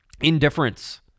Indifference